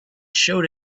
showed